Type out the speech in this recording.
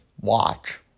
watch